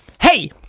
Hey